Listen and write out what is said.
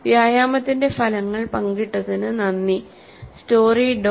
വ്യായാമത്തിന്റെ ഫലങ്ങൾ പങ്കിട്ടതിന് നന്ദി story